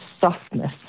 softness